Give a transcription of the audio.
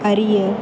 அறிய